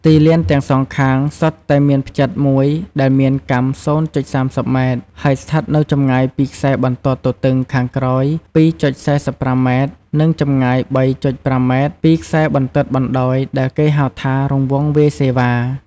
ទីលានទាំងសងខាងសុទ្ធតែមានផ្ចិតមួយដែលមានកាំ០.៣០ម៉ែត្រ ហើយស្ថិតនៅចម្ងាយពីខ្សែបន្ទាត់ទទឹងខាងក្រោយ២.៤៥ម៉ែត្រនិង ចម្ងាយ៣.០៥ម៉ែត្រពីខ្សែបន្ទាត់បណ្ដោយដែលគេហៅថា រង្វង់វាយសេវា ។